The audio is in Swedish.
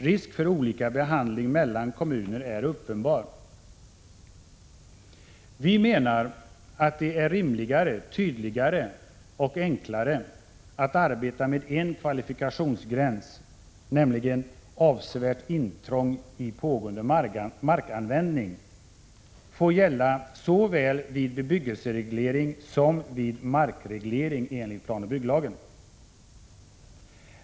Risken för olika behandling mellan kommuner är uppenbar. Vi menar att det är rimligare, tydligare och enklare att arbeta med att en kvalifikationsgräns, nämligen ”avsevärt intrång i pågående markanvändning”, får gälla såväl vid bebyggelsereglering som vid markreglering enligt planoch bygglagen.